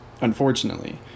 unfortunately